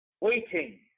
waiting